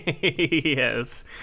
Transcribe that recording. Yes